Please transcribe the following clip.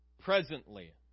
presently